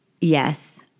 yes